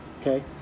okay